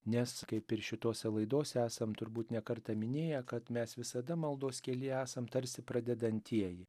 nes kaip ir šitose laidose esam turbūt ne kartą minėję kad mes visada maldos kelyje esam tarsi pradedantieji